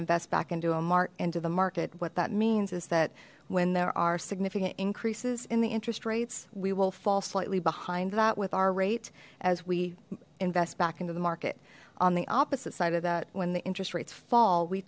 invest back into a mark into the market what that means is that when there are significant increases in the interest rates we will fall slightly behind that with our rate as we invest back into the market on the opposite side of that when the interest rates fall we